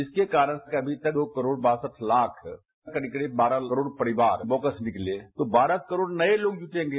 जिसके कारण अभी तक दो करोड़ बासठ लाख करीब करीब बारह करोड़ परिवार बोगस निकले तो बारह करोड़ नए लोग जुटेंगे